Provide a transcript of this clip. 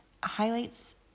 highlights